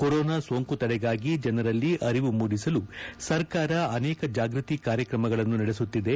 corona ಸೋಂಕು ತಡೆಗಾಗಿ ಜನರಲ್ಲಿ ಅರಿವು ಮೂದಿಸಲು ಸರ್ಕಾರ ಅನೇಕ ಜಾಗೃತಿ ಕಾರ್ಯಕ್ರಮಗಳನ್ನು ನದೆಸುತ್ತಿದೆ